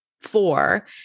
Four